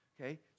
Okay